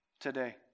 today